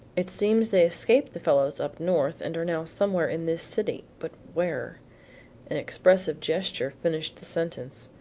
it seems they escaped the fellows up north and are now somewhere in this city, but where an expressive gesture finished the sentence.